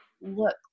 look